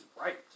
right